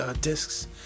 discs